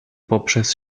poprzez